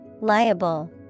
Liable